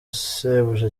shebuja